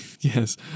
Yes